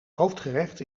hoofdgerecht